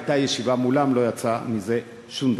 הייתה ישיבה מולן, לא יצא מזה שום דבר.